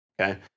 okay